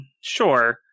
Sure